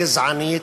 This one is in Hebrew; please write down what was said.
גזענית,